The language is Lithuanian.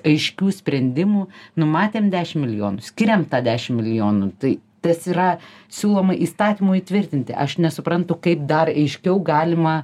aiškių sprendimų numatėm dešim milijonų skiriam tą dešim milijonų tai tas yra siūloma įstatymu įtvirtinti aš nesuprantu kaip dar aiškiau galima